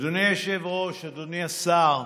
אדוני היושב-ראש, אדוני השר,